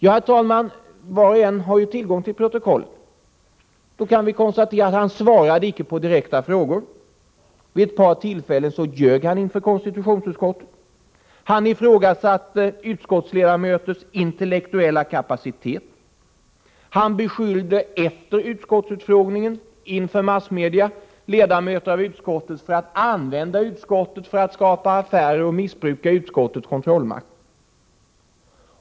Ja, herr talman, var och en har ju tillgång till protokollet. Vi kan konstatera att han inte svarade på direkta frågor. Vid ett par tillfällen ljög han inför konstitutionsutskottet. Han ifrågasatte utskottsledamöters intellektuella kapacitet. Han beskyllde efter utskottsutfrågningen inför massmedia ledamöter av utskottet för att använda utskottet för att skapa affärer och missbruka utskottets kontrollmakt.